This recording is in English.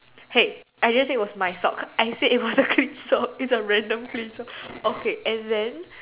hey I never said it was my sock I said it was a clean sock it's a random clean sock okay and then